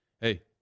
Hey